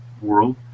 world